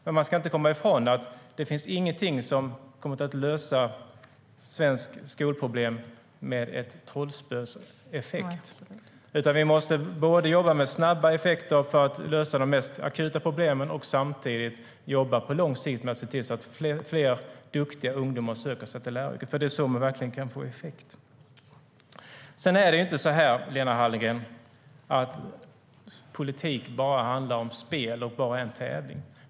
Men vi kommer inte ifrån att det inte finns något som kommer att lösa svenska skolproblem lika effektivt som ett trollspö. Vi måste jobba både med snabba effekter för att lösa de mest akuta problemen och på lång sikt så att fler duktiga ungdomar söker sig till läraryrket. Det är så vi får verklig effekt. Politik handlar inte bara om spel och är inte bara en tävling, Lena Hallengren.